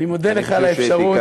אני מודה לך על האפשרות.